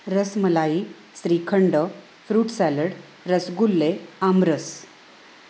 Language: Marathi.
रसमलाई श्रीखंड फ्रूट सॅलड रसगुल्ले आमरस